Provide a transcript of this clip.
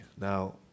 Now